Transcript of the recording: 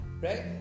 right